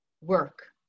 work